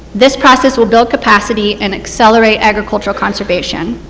this process will build capacity and accelerate agricultural conservation.